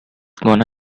gonna